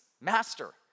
master